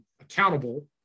accountable